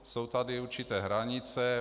Jsou tady určité hranice.